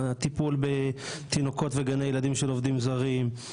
הטיפול בתינוקות וגני ילדים של עובדים זרים,